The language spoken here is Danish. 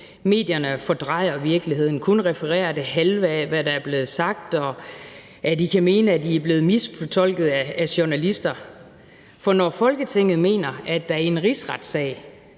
medierne fordrejer virkeligheden og kun refererer det halve af, hvad der er blevet sagt, og at I kan mene, at I er blevet misfortolket af journalister. For når Folketinget mener, at der i en rigsretssag